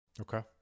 Okay